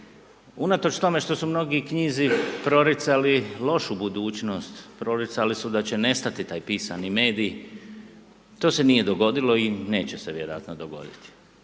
Unatoč tome što su mnogi knjizi proricali lošu budućnost, proricali su da će nestati taj pisani medij, to se nije dogodilo i neće se vjerojatno dogoditi.